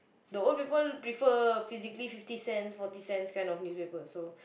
the old people prefer physically fifty cents forty cents kind of newspaper so